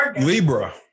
Libra